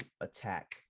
attack